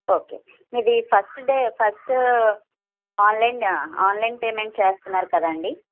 okay మీది first day first online online payment చేస్తున్నారు కదండి